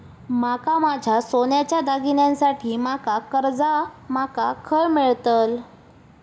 माका माझ्या सोन्याच्या दागिन्यांसाठी माका कर्जा माका खय मेळतल?